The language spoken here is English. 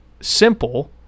simple